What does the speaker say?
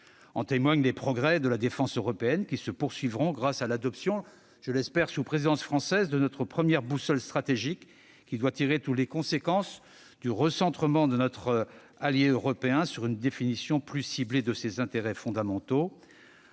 En témoignent les progrès de la défense européenne, qui se poursuivront, grâce à l'adoption, je l'espère, sous présidence française, de notre première boussole stratégique, qui doit tirer toutes les conséquences du recentrement de notre allié américain sur une définition plus ciblée de ses intérêts fondamentaux.